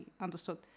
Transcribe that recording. understood